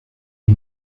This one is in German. die